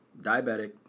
diabetic